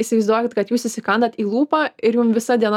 įsivaizduokit kad jūs įsikandat į lūpą ir jum visa diena